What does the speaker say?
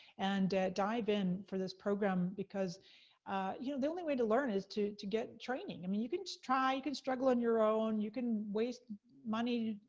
and dive in for this program, because you know the only way to learn is to to get training. i mean, you can try, you can struggle on your own, you can waste money,